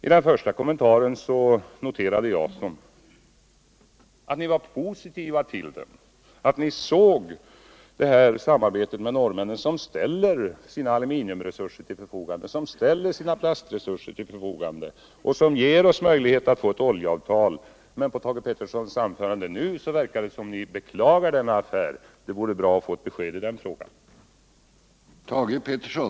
I den första kommentaren noterade jag att ni var positiva till det här samarbete med norrmännen, som ställer sina aluminiumresurser och plastresurser till förfogande och som ger oss möjlighet att få ett oljeavtal. Men på Thage Petersons anförande nu verkade det som om ni beklagar denna affär. Det vore bra att få ett besked i den frågan.